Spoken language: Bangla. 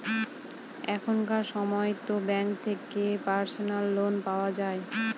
এখনকার সময়তো ব্যাঙ্ক থেকে পার্সোনাল লোন পাওয়া যায়